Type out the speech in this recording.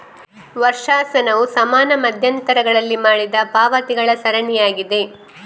ವರ್ಷಾಶನವು ಸಮಾನ ಮಧ್ಯಂತರಗಳಲ್ಲಿ ಮಾಡಿದ ಪಾವತಿಗಳ ಸರಣಿಯಾಗಿದೆ